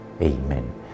Amen